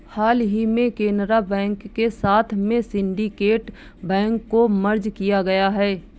हाल ही में केनरा बैंक के साथ में सिन्डीकेट बैंक को मर्ज किया गया है